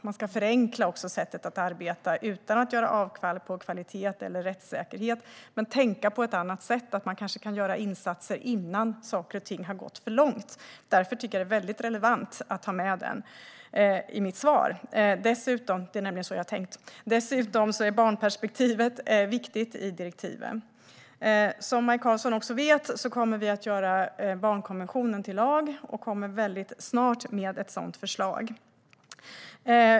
Man ska också förenkla sättet att arbeta, utan att göra avkall på kvalitet eller rättssäkerhet, och tänka på ett annat sätt som innebär att man kan göra insatser innan saker och ting har gått för långt. Därför tycker jag att det är väldigt relevant att ha med detta i mitt svar. Det är nämligen så jag har tänkt. Dessutom är barnperspektivet viktigt i direktiven. Som Maj Karlsson också vet kommer vi att göra barnkonventionen till lag och kommer mycket snart med ett sådant förslag.